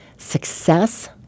Success